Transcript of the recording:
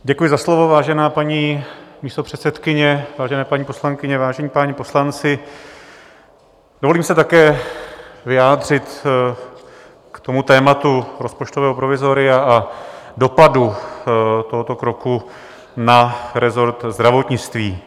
Děkuji za slovo, vážená paní místopředsedkyně, vážené paní poslankyně, vážení páni poslanci, dovolím si také vyjádřit se k tématu rozpočtového provizoria a dopadu tohoto kroku na rezort zdravotnictví.